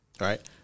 right